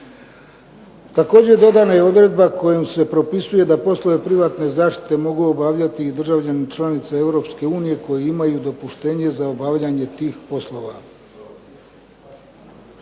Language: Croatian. Također dodana je i odredba kojom se propisuje da poslove privatne zaštite mogu obavljati i državljani članica Europske unije koji imaju dopuštenje za obavljanje tih poslova.